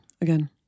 again